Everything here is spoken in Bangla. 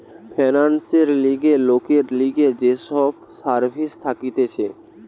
ফিন্যান্সের লিগে লোকের লিগে যে সব সার্ভিস থাকতিছে